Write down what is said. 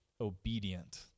obedient